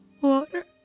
water